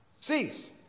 cease